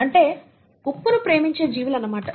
అంటే ఉప్పును ప్రేమించే జీవులు అన్నమాట